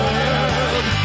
world